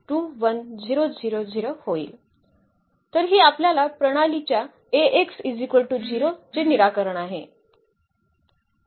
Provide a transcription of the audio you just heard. तर ही आपल्या प्रणाली च्या Ax 0 चे निराकरण आहे